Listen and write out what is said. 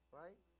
right